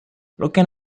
looking